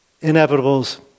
inevitables